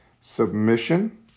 submission